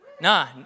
Nah